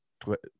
Twitter